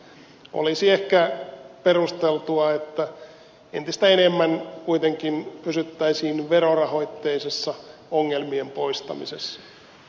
olisi ehkä perusteltua että entistä enemmän kuitenkin pysyttäisiin verorahoitteisessa ongelmien poistamisessa